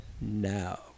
now